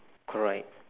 correct